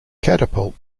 catapult